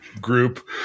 group